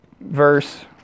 verse